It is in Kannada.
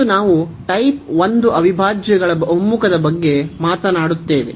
ಇಂದು ನಾವು ಟೈಪ್ 1 ಅವಿಭಾಜ್ಯಗಳ ಒಮ್ಮುಖದ ಬಗ್ಗೆ ಮಾತನಾಡುತ್ತೇವೆ